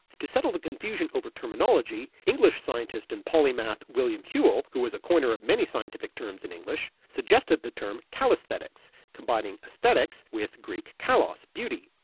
to settle the confusion over terminology english scientist and polymath william whewell, who was a coiner of many scientific terms in english, suggested the term callesthetics, combining aesthetics with the greek kallos beauty,